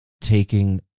taking